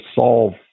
solve